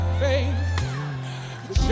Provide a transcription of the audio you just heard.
faith